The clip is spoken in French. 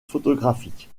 photographique